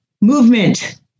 movement